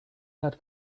had